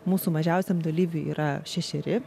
mūsų mažiausiam dalyviui yra šešeri